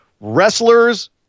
Wrestlers